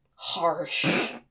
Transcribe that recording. Harsh